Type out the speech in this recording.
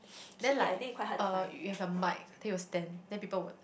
then like uh you have the mic then you stand then people would